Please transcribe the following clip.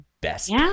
best